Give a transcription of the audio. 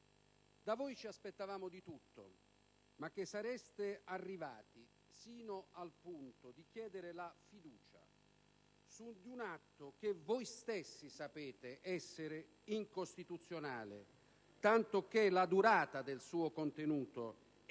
Da voi ci aspettavamo di tutto, ma che sareste arrivati sino al punto di chiedere la fiducia su un atto che voi stessi sapete essere incostituzionale, tanto che la durata del suo contenuto è